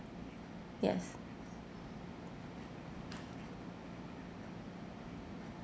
yes